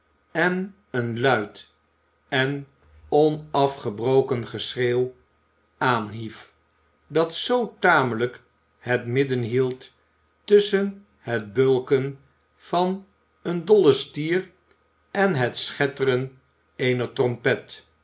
en een luid en onafgebroken geschreeuw aanhief dat zoo tamelijk het midden hield tusschen het bulken van een dollen stier en het schetteren eener trompet